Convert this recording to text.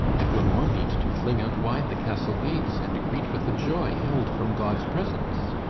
it were more meet to fling out wide the castle gates, and greet with a joy held from god's presence!